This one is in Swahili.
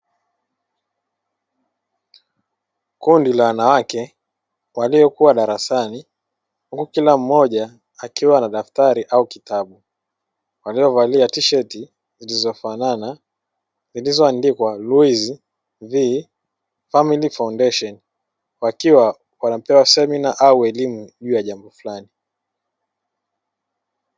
Kundi la wanawake waliokuwa darasani, huku kila mmoja akiwa na daftari au kitabu. Waliovalia tisheti zilizofanana, zilizoandikwa LUIZ V FAMILY FOUNDATION " wakiwa wanapewa semina au elimu juu ya jambo fulani.